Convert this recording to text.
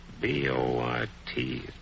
B-O-R-T